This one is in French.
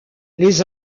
les